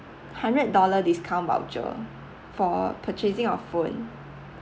hundred of dollars discouting voucher for purchasing a phone